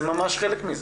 זה ממש חלק מזה.